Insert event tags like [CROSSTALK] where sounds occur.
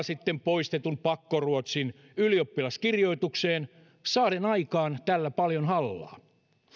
[UNINTELLIGIBLE] sitten poistetun pakkoruotsin ylioppilaskirjoituksiin saaden aikaan tällä paljon hallaa